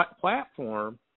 platform